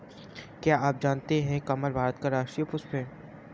क्या आप जानते है कमल भारत का राष्ट्रीय पुष्प है?